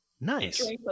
nice